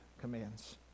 commands